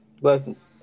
Blessings